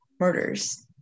murders